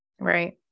Right